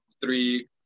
three